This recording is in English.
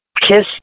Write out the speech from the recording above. kiss